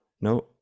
No